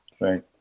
Right